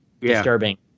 disturbing